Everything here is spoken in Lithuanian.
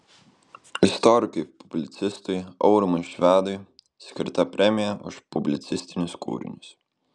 istorikui publicistui aurimui švedui skirta premija už publicistinius kūrinius